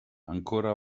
ancora